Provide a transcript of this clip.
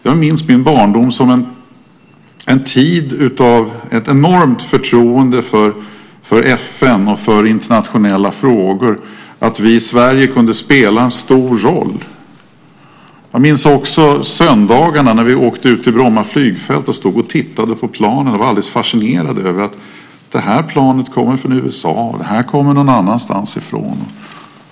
Jag minns min barndom som en tid av ett enormt förtroende för FN och för internationella frågor, att vi i Sverige kunde spela en stor roll. Jag minns också söndagarna när vi åkte ut till Bromma flygfält och stod och tittade på planen. Man var alldeles fascinerad av att ett plan kom från USA och ett annat från något annat land.